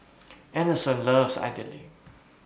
Anderson loves Idili